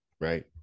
right